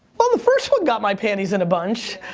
well the first one got my panties in a bunch.